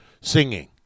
singing